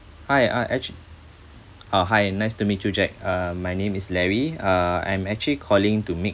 hi uh actually uh hi nice to meet you jack uh my name is larry uh I'm actually calling to make